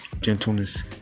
gentleness